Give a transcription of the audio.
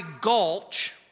gulch